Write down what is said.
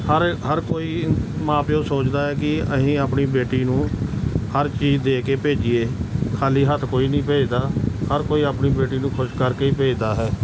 ਹਰ ਹਰ ਕੋਈ ਮਾਂ ਪਿਓ ਸੋਚਦਾ ਹੈ ਕਿ ਅਸੀਂ ਆਪਣੀ ਬੇਟੀ ਨੂੰ ਹਰ ਚੀਜ਼ ਦੇ ਕੇ ਭੇਜੀਏ ਖਾਲੀ ਹੱਥ ਕੋਈ ਨਹੀਂ ਭੇਜਦਾ ਹਰ ਕੋਈ ਆਪਣੀ ਬੇਟੀ ਨੂੰ ਖੁਸ਼ ਕਰਕੇ ਹੀ ਭੇਜਦਾ ਹੈ